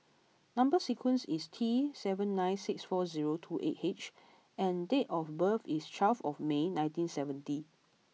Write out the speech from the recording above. number sequence is T seven nine six four zero two eight H and date of birth is twelve of May nineteen seventy